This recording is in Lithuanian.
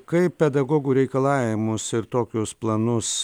kaip pedagogų reikalavimus ir tokius planus